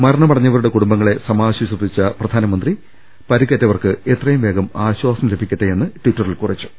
മരണമടഞ്ഞവരുടെ കുടുംബങ്ങളെ സമാശ്വസി പ്പിച്ച പ്രധാനമന്ത്രി പരിക്കേറ്റവർക്ക് എത്രയും വേഗം ആശ്വാസം ലഭിക്കട്ടെയെന്നും ടിറ്ററിൽ കുറിച്ചു